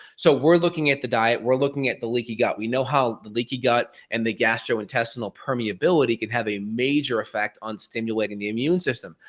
so, we're looking at the diet, we're looking at the leaky gut, we know how the leaky gut, and the gastrointestinal permeability can have a major effect on stimulating immune system.